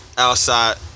Outside